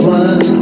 one